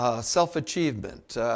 self-achievement